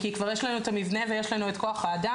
כי כבר יש לנו את המבנה ויש לנו את כוח האדם,